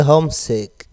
Homesick